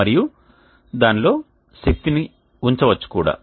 మరియు దానిలో శక్తిని ఉంచవచ్చు కూడా